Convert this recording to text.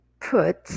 put